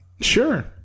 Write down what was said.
sure